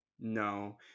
No